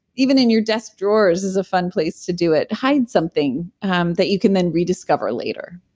even in your desk drawers is a fun place to do it hide something um that you can then rediscover later